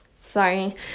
sorry